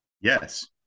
Yes